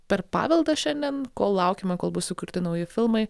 per paveldą šiandien kol laukiame kol bus sukurti nauji filmai